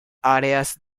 áreas